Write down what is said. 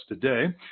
today